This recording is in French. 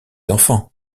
enfants